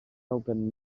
open